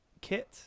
kit